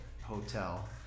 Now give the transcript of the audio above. Hotel